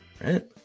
right